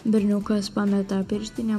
berniukas pameta pirštinę